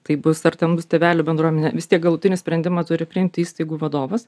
tai bus ar ten bus tėvelių bendruomenė vis tiek galutinį sprendimą turi priimti įstaigų vadovas